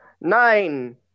nine